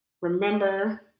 remember